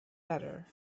better